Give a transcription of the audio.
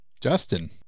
justin